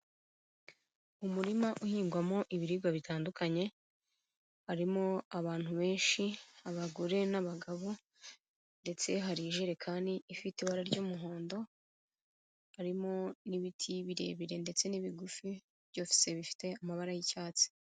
Umurima uhingwamo ibiribwa bitandukanye, harimo abantu benshi, abagore n'abagabo ndetse hari ijerekani ifite ibara ry'umuhondo, harimo n'ibiti birebire ndetse n'ibigufi byose bifite amabara y'icyatsi.